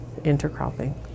intercropping